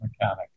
mechanic